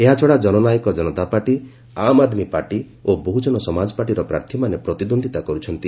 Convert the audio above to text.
ଏହାଛଡ଼ା Jannayak Janata party Aam Aadmi party ଓ ବହୁଜନ ସମାଜ ପାର୍ଟିର ପ୍ରାର୍ଥୀମାନେ ପ୍ରତିଦ୍ୱନ୍ଦିତା କରୁଛନ୍ତି